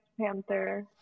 Panther